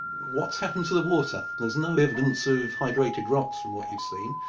what's happened to the water? there's no evidence of hydrated rocks from what you've seen,